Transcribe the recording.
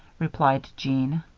replied jean.